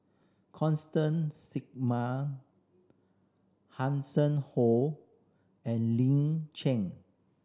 Constance Singam Hanson Ho and Lin Chen